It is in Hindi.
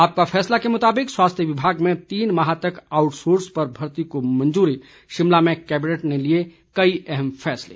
आपका फैसला के मुताबिक स्वास्थ्य विभाग में तीन माह तक आउटसोर्स पर भर्ती को मंजूरी शिमला में कैबिनेट ने लिए कई अहम फैसले